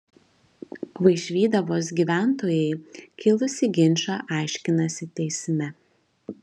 vaišvydavos gyventojai kilusį ginčą aiškinasi teisme